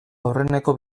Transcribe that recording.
aurreneko